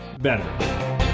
better